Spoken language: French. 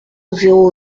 zéro